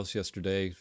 yesterday